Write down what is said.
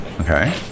Okay